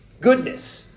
goodness